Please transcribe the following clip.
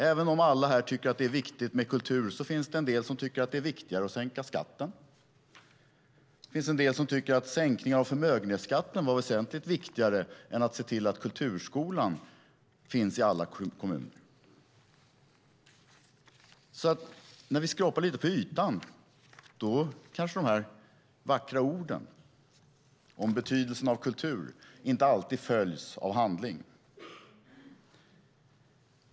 Även om alla här tycker att det är viktigt med kultur finns det en del som tycker att det är viktigare att sänka skatten. Det finns en del som tycker att sänkningen av förmögenhetsskatten var väsentligt viktigare än att se till att kulturskolan finns i alla kommuner. När vi skrapar lite på ytan kanske de här vackra orden om betydelsen av kultur inte alltid följs av handling.